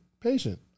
patient